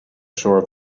shore